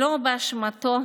שלא באשמתו,